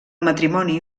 matrimoni